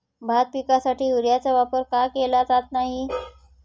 भात पिकासाठी युरियाचा वापर का केला जात नाही?